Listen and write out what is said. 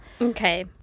okay